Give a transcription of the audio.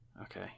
Okay